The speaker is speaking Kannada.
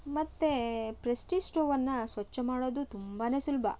ಮತ್ತೆ ಪ್ರೆಸ್ಟೀಜ್ ಸ್ಟೋವನ್ನು ಸ್ವಚ್ಛ ಮಾಡೋದು ತುಂಬಾ ಸುಲಭ